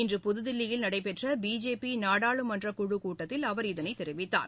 இன்று புதுதில்லியில் நடைபெற்ற பிஜேபி நாடாளுமன்றக்குழு கூட்டத்தில் அவர் இதனை தெரிவித்தார்